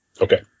Okay